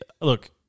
look